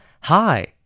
Hi